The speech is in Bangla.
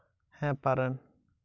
আমি কি বিদ্যুতের বিল মেটাতে পারি?